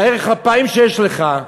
ה"ארך אפיים" שיש לך,